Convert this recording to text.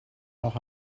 nog